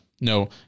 no